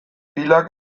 pilak